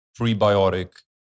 prebiotic